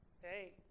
hey